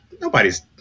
nobody's